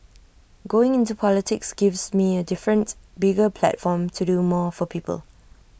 going into politics gives me A different bigger platform to do more for people